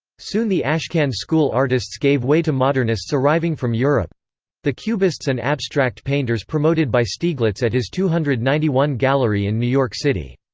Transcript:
soon the ashcan school artists gave way to modernists arriving from europe the cubists and abstract painters promoted by stieglitz at his two hundred and ninety one gallery in new york city.